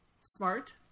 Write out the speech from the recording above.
Smart